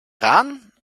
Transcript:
rahn